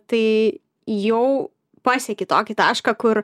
tai jau pasieki tokį tašką kur